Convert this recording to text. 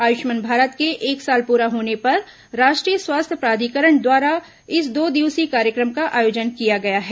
आयुष्मान भारत के एक साल पूरा होने पर राष्ट्रीय स्वास्थ्य प्राधिकरण द्वारा इस दो दिवसीय कार्यक्रम का आयोजन किया गया है